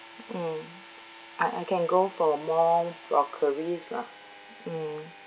mm I I can go for more broccoli lah mm